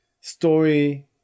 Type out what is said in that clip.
story